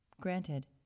Granted